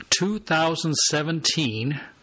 2017